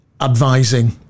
advising